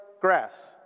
Grass